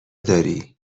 داری